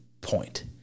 point